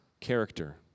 character